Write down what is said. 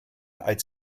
als